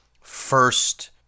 first